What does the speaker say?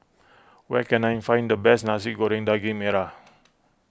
where can I find the best Nasi Goreng Daging Merah